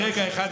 ברגע אחד,